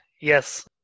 yes